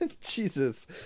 Jesus